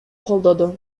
колдоду